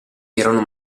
erano